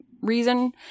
reason